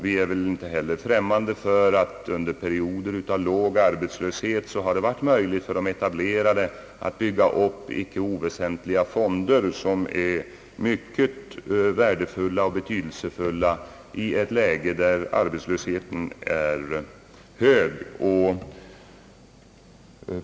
Det står väl klart för oss att det under perioder av låg arbetslöshet har varit möjligt för de etablerade kassorna att bygga upp icke oväsentliga fonder, som är värdefulla att kunna tillgripa i ett läge då arbetslösheten är hög.